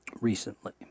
Recently